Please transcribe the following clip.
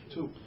Two